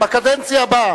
בקדנציה הבאה.